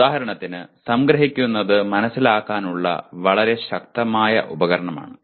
അതിനാൽ ഉദാഹരണത്തിന് സംഗ്രഹിക്കുന്നത് മനസ്സിലാക്കാനുള്ള വളരെ ശക്തമായ ഉപകരണമാണ്